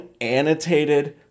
annotated